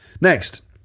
Next